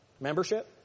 membership